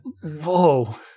Whoa